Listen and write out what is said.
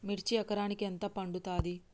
మిర్చి ఎకరానికి ఎంత పండుతది?